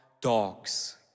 dogs